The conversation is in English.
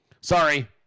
Sorry